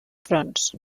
fronts